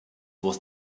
was